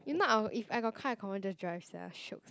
if not I will if I got car I confirm just drive sia shiok